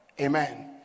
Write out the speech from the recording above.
Amen